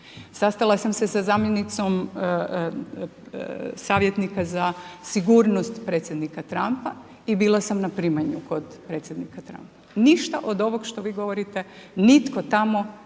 Sastala sam se s zamjenicom savjetnika za sigurnost Predsjednika Trumpa i bila sam na primanju kod Predsjednika Trumpa. Ništa od ovog što vi govorite nitko tamo